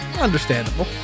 Understandable